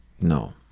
No